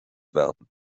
werden